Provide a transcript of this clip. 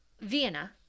vienna